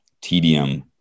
tedium